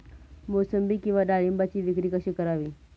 मोसंबी किंवा डाळिंबाची विक्री कशी करावी?